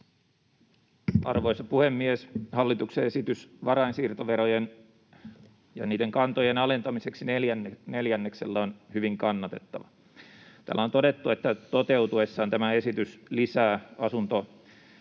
Arvoisa puhemies! Hallituksen esitys varainsiirtoverojen ja niiden kantojen alentamiseksi neljänneksellä on hyvin kannatettava. Täällä on todettu, että toteutuessaan tämä esitys lisää asuntokantojen